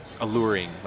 alluring